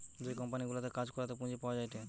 যে কোম্পানি গুলাতে কাজ করাতে পুঁজি পাওয়া যায়টে